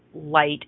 light